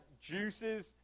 juices